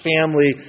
family